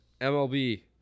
MLB